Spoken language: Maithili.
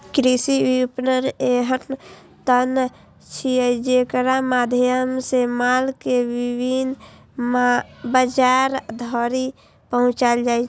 कृषि विपणन एहन तंत्र छियै, जेकरा माध्यम सं माल कें विभिन्न बाजार धरि पहुंचाएल जाइ छै